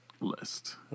list